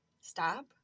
Stop